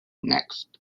next